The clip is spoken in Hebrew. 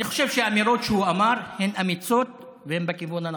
אני חושב שהאמירות שהוא אמר הן אמיצות והן בכיוון הנכון.